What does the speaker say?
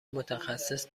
متخصص